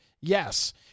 Yes